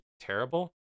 terrible